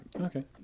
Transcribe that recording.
Okay